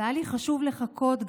היה לי חשוב לחכות,